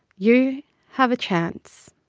you have a chance